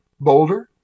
Boulder